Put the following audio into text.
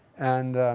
and,